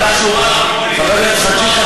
חבר הכנסת חאג' יחיא,